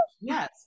yes